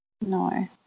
No